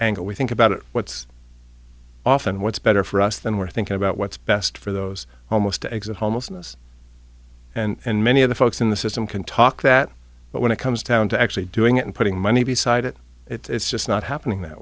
angle we think about it what's often what's better for us then we're thinking about what's best for those almost exit hole most of us and many of the folks in the system can talk that but when it comes down to actually doing it and putting money beside it it's just not happening that